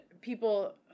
people